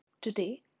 Today